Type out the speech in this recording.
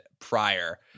prior